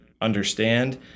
understand